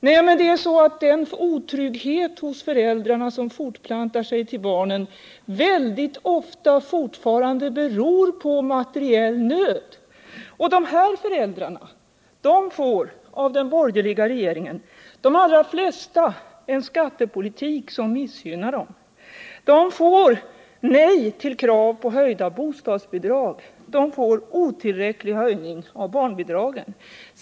Nej, men det är så att den otrygghet hos föräldrarna som fortplantar sig till barnen beror fortfarande väldigt ofta på materiell nöd. De allra flesta av de här föräldrarna får av den borgerliga regeringen en skattepolitik som missgynnar dem. De får nej till krav på höjda bostadsbidrag, de får otillräcklig höjning av barnbidragen.